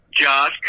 Josh